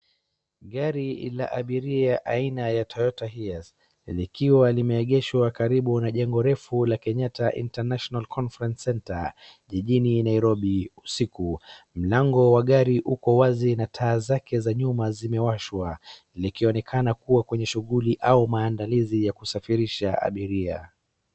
gari la abiria ya aina ya Toyota Ias likiwa limeegeshwa karibu na jengo refu la kenya international confrence centre jijini nairobi usiku, mlango wa gari uko wazi na taa zake za nyuma zimewashwa likionekana kuwa kwenye shughuli au maandalizi ya kusafirisha abiria